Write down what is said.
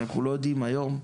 אנחנו לא יודעים היום?